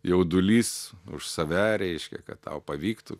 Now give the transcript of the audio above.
jaudulys už save reiškia kad tau pavyktų